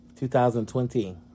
2020